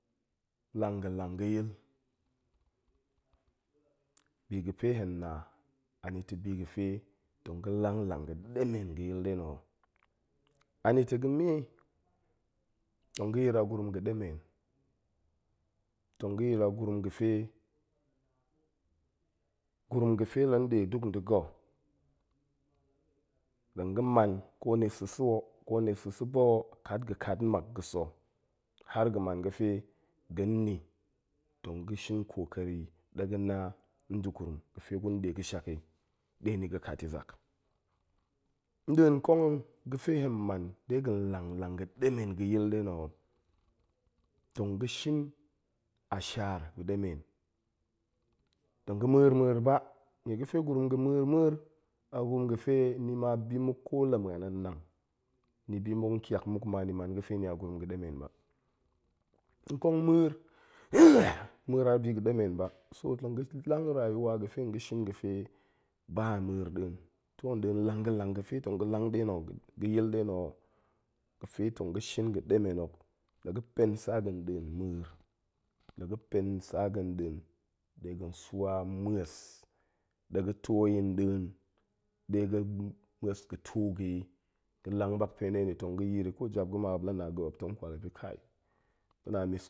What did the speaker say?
Lang ga̱ lang ga̱ yil. bi ga̱fe yen na. ani to bi ga̱fe. tong ga̱ lang lang ga̱ ɗemen ga̱ yil nɗe na̱ ho. anito ga̱me. tong ga̱ yir a gurum ga̱ ɗemen. tong ga̱ yir a gurum ga̱fe, gurum ga̱fe la nɗe duk nda̱ ga̱, tong ga̱ man ko ni sa̱a̱ o, ko ni sa̱a̱ ba o, kat ga̱ kat nmak ga̱ sa̱a̱, har ga̱ man ga̱fe ga̱n ni. tong ga̱ shin kokari ɗe ga̱ na nda̱ gurum ga̱fe gun ɗe ga̱shak i, ɗe ni ga̱ kat i zak. nɗin kong ga̱fe hen man de ga̱n lang-lang ga̱ɗemen ga̱yil nɗe na̱ ho, tong ga̱ shin a shaar ga̱ ɗemen. tong ga̱ ma̱a̱r-ma̱a̱ ba. nie ga̱fe gurum ga̱ ma̱a̱r-ma̱a̱r, a gurum ga̱fe ko la ma̱an an nang, ni bi muk nkiak mukma ni mang ga̱fe ni a gurum ga̱ ɗemen ba. nkong ma̱a̱r, ma̱a̱r a bi ga̱ ɗemen ba, so tong ga̱ lang rayuwa ga̱fe nga̱ shin ga̱fe ba ma̱a̱r nɗin. to nɗin lang ga̱ lang ga̱fe tong ga̱ lang nɗena̱ ho. ga̱yil nɗe no, ga̱fe tong ga̱ shin ga̱ ɗemen hok. la ga̱ pen sa ga̱ nɗin ma̱a̱r, la ga̱ pen sa ga̱ nɗin de ga̱n swa ma̱es ɗe ga̱ to yin nɗin, ɗe ga̱ ma̱es ga̱ tuu ga̱ i. ga̱ lang mak npe na̱ tong ga̱ yir i, ko jap ga̱ ma muop la na ga̱ muop tong kwal muop yin ga̱na̱ amis.